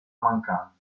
mancanza